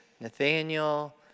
Nathaniel